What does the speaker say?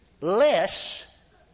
less